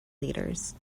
leaders